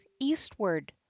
eastward